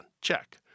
Check